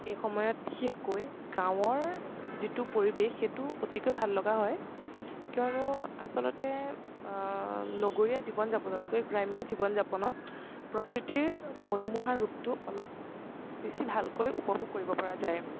এই সময়ত বিশেষকৈ গাঁৱৰ যিটো পৰিৱেশ সেইটো অতিকৈ ভাললগা হয় কিয়নো আচলতে নগৰীয়া জীৱন যাপনতকৈ গ্ৰাম্য় জীৱন যাপনত প্ৰকৃতিৰ মনোমোহা ৰূপটো অলপ বেছি ভালকৈ উপভোগ কৰিব পৰা যায়